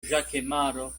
ĵakemaro